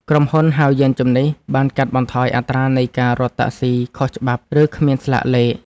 ក្រុមហ៊ុនហៅយានជំនិះ បានកាត់បន្ថយអត្រានៃការរត់តាក់ស៊ីខុសច្បាប់ ឬគ្មានស្លាកលេខ។